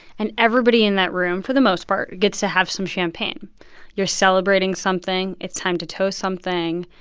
and everybody in that room for the most part gets to have some champagne you're celebrating something. it's time to toast something.